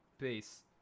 Peace